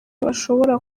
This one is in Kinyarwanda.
bashobora